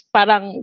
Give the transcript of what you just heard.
Parang